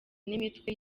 n’imitwe